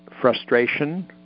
frustration